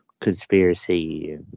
conspiracy